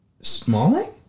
Smalling